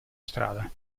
strada